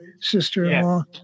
sister-in-law